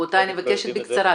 רבותיי, בקצרה.